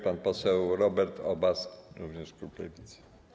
Pan poseł Robert Obaz, również klub Lewicy.